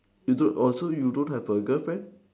you don't also you don't have a girlfriend